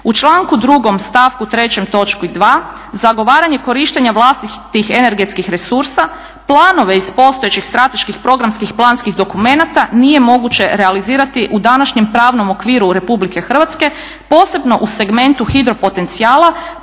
U članku 2. stavku 3. točki 2. zagovaranje korištenja vlastitih energetskih resursa, planove iz postojećih strateških programskih planskih dokumenata nije moguće realizirati u današnjem pravnom okviru Republike Hrvatske posebno u segmentu hidro potencijala,